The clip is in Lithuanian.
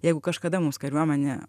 jeigu kažkada mums kariuomenė